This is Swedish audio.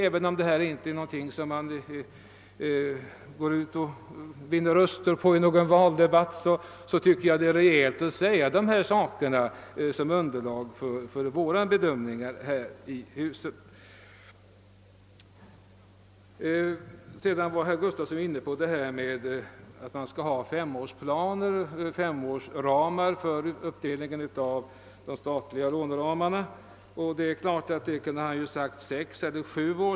Även om det inte är någonting som man värvar röster på i en valdebatt tycker jag det är rejält att nämna det som underlag för vår bedömning här i riksdagen. Sedan talade herr Gustafsson också om femårsperioder för de statliga låneramarna — han kunde ju lika gärna ha sagt sex eller sju år.